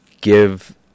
give